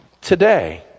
today